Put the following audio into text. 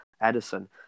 Edison